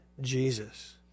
Jesus